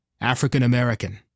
African-American